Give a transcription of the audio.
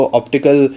optical